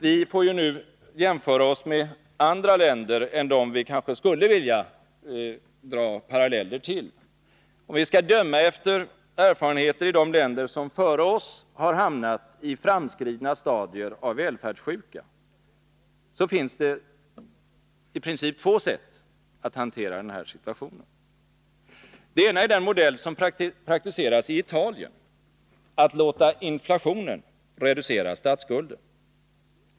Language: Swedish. Vi får ju numera jämföra Sverige med andra länder än dem som vi kanske skulle vilja dra paralleller med. Om vi skall döma efter erfarenheterna i de länder som före oss har hamnat i framskridna stadier av välfärdssjuka, finns det i princip två sätt att hantera situationen. Det ena är den modell som praktiseras i Italien — att låta inflationen reducera statsskulden.